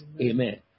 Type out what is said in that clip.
Amen